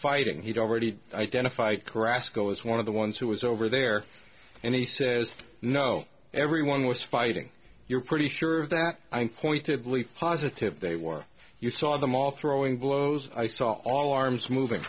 fighting he'd already identify grass go as one of the ones who was over there and he says no everyone was fighting you're pretty sure that i pointedly positive they were you saw them all throwing blows i saw all arms moving